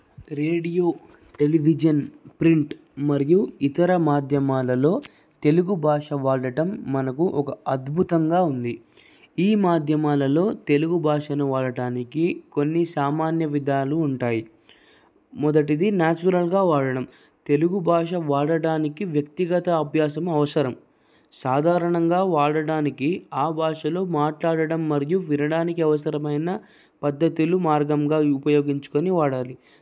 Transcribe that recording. radio television print మరియు ఇతర మాధ్యమాలలో తెలుగు భాష వాడటం మనకు ఒక అద్భుతంగా ఉంది ఈ మాధ్యమాలలో తెలుగు భాషను వాడడానికి కొన్ని సామాన్య విధాలు ఉంటాయి మొదటిది నాచురల్గా వాడడం తెలుగు భాష వాడడానికి వ్యక్తిగత అభ్యాసం అవసరం సాధారణంగా వాడడానికి ఆ భాషలో మాట్లాడడం మరియు వినడానికి అవసరమైన పద్ధతులు మార్గంగా ఉపయోగించుకొని వాడాలి